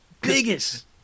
biggest